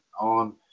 on